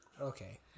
Okay